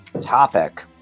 topic